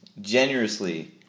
generously